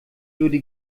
würde